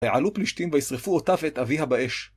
ועלו פלישתים וישרפו אותה ואת אביה באש.